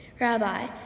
Rabbi